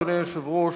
אדוני היושב ראש,